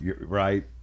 right